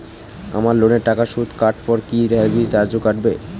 আমার লোনের টাকার সুদ কাটারপর কি সার্ভিস চার্জও কাটবে?